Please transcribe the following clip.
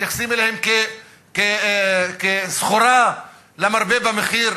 מתייחסים אליהם כאל סחורה למרבה במחיר,